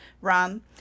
rum